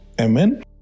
Amen